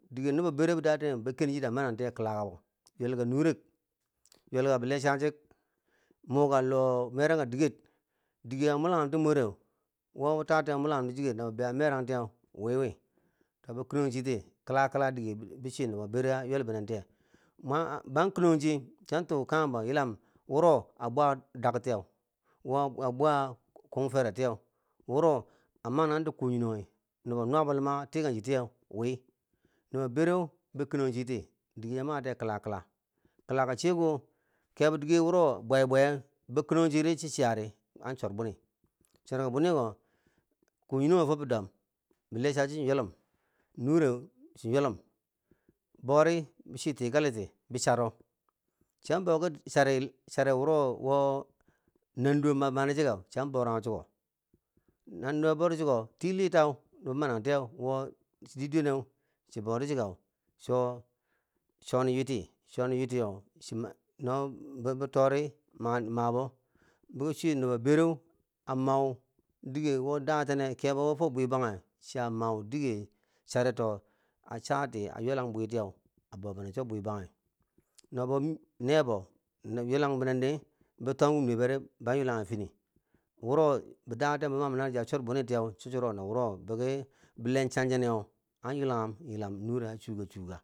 Diye nubo bere daten ba ken chi, chiya matiye kila kabo ywelka nurek, ywelka bilechachi muu ka loh merangka diger, dige a mulanghu ti moreu wo daten a mulangum ti shike na bibei a merang tiyeu wiwi, bo kinong chiti kila kila dige bi chwi nobo bere a ywelbinen fite, mwa, ban kinong chi, chitu kanghem bo wuro a yilam chiyaa bwa dak tiyeu, wo a bwa kung fe retiyen wuro a ma nanghenti kuu nyinonghi, nubo nuwa bo luma a tikang chitiyen wi nubo bere bo kinong chiti dige a matiye kila kila, kilaka chiyeko, kebo dige wuro bwai bwaye, bi kinong chidi chi chiyari an chor bwini. Chorka bwiniko kunyi nonghi fo bidom bile chachi chi ywelum nure chi ywelum, bori bo chwi tikaliti bi charo, chiyen boki bicharo bicharo wuro nanduwo bo mani chike, chiyan bo chiko nanduwo boti chike tii lita wo bo mananti diye dwenen chi boti cike chwo chwo ni ywiti chwo nin ywitiyen ba torima bi chwi nubo bereu a mau dige daten neu kebo wo to bwi banghe, chiya mau dige charito a chati wo a ywelang bwitiyeu a bo binen fo bwibang no bo ne bo ywelang binendi bo tom ki nuwe beri ban ywelanghi fini wuro bi datenbi mam nanghenci chor bwini tiyeu cho chwo na wuro bilenchang jini a ywelanghum, a yilam nure a chuka chuka.